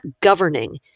governing